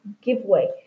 giveaway